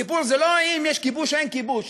הסיפור זה לא אם יש כיבוש או אין כיבוש.